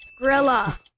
Gorilla